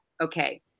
okay